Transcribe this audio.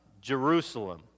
Jerusalem